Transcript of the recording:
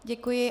Děkuji.